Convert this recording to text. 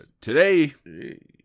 Today